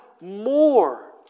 more